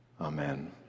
amen